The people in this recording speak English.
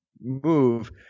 move